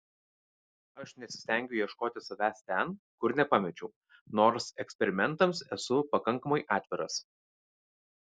aš nesistengiu ieškoti savęs ten kur nepamečiau nors eksperimentams esu pakankamai atviras